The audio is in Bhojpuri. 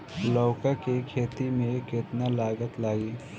लौका के खेती में केतना लागत लागी?